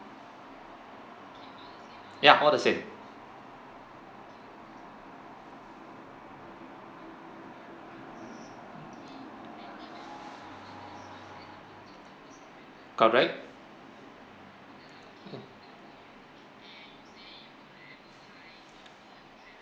ya all the same correct